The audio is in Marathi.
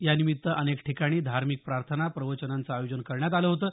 यानिमित्त अनेक ठिकाणी धार्मिक प्रार्थना प्रवचनांचं आयोजन करण्यात आलं होतं